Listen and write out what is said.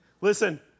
Listen